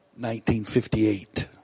1958